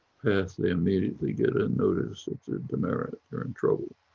path, they immediately get a notice it's a demerit, you're in trouble.